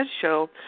show